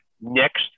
next